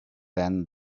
then